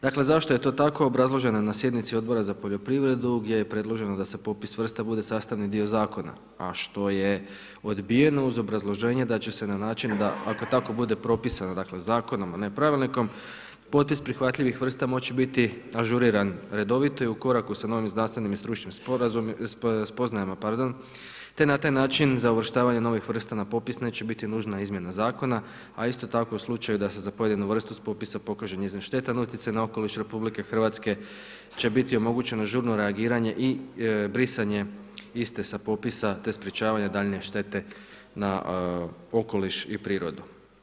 Dakle, zašto je to tako, obrazloženo je na sjenici Odbora za poljoprivredu gdje je predloženo da popis vrsta bude sastavni dio zakona a što je odbijeno uz obrazloženje da će se na način da ako tako bude propisano, dakle zakonom, ne pravilnikom, popis prihvatljivih vrsta moći biti ažuriran redovito i u koraku sa novim znanstvenim i stručnim spoznajama te na taj način za uvrštavanje novih vrsta na popis neće biti nužna izmjena zakona a isto tako u slučaju da se za pojedinu vrstu s popisa pokaže njezin štetan utjecaj na okoliš RH, će biti omogućeno žurno reagiranje i brisanje iste sa popisa te sprečavanje daljnje štete na okoliš i prirodu.